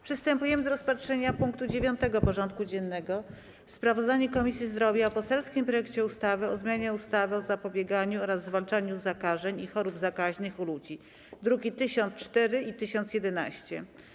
Przystępujemy do rozpatrzenia punktu 9. porządku dziennego: Sprawozdanie Komisji Zdrowia o poselskim projekcie ustawy o zmianie ustawy o zapobieganiu oraz zwalczaniu zakażeń i chorób zakaźnych u ludzi (druki nr 1004 i 1011)